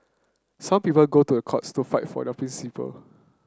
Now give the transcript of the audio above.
some people go to a courts to fight for their principle